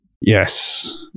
Yes